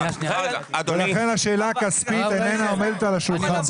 לכן השאלה הכספית לא עומדת על השולחן.